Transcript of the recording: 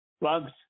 plugs